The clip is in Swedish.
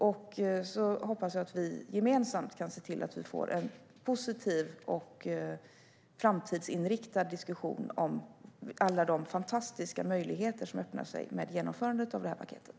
Jag hoppas att vi gemensamt kan se till att vi får en positiv och framtidsinriktad diskussion om alla de fantastiska möjligheter som öppnar sig i och med genomförandet av det här paketet.